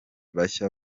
bashya